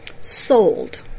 sold